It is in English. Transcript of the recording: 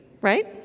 right